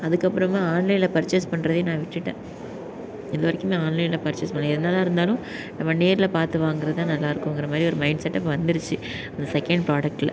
அதுக்கப்புறமாக ஆன்லைனில் பர்சேஸ் பண்ணுறதையே நான் விட்டுவிட்டேன் இது வரைக்குமே ஆன்லைனில் பர்சேஸ் பண்ணலை என்ன தான் இருந்தாலும் நம்ம நேரில் பார்த்து வாங்குறது தான் நல்லா இருக்குங்கிற மாதிரி ஒரு மைண்ட் செட்டப் வந்துருச்சு இந்த செகண்ட் ப்ராடக்ட்டில்